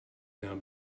now